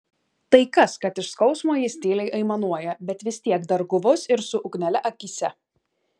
tai kas kad iš skausmo jis tyliai aimanuoja bet vis tiek dar guvus ir su ugnele akyse